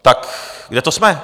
Tak kde to jsme?